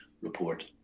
report